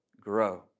grow